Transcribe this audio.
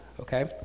okay